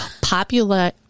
popular